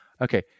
Okay